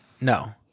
no